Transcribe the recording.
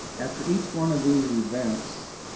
after each one of these events,